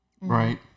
Right